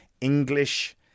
English